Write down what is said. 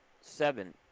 seven